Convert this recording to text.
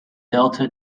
delta